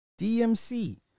dmc